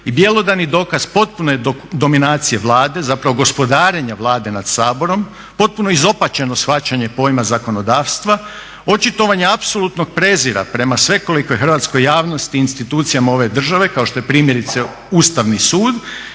i bjelodani dokaz potpune dominacije Vlade, zapravo gospodarenja Vlade nad Saborom, potpuno izopačeno shvaćanje pojma zakonodavstva, očitovanja apsolutnog prezira prema svekolikoj hrvatskoj javnosti i institucijama ove države kao što je primjerice Ustavni sud